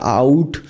out